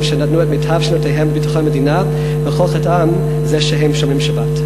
שנתנו את מיטב שנותיהם לביטחון המדינה וכל חטאם הוא שהם שומרים שבת.